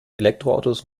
elektroautos